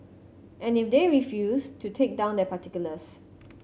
and if they refuse to take down their particulars